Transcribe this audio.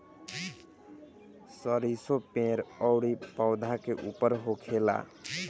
सरीसो पेड़ अउरी पौधा के ऊपर होखेला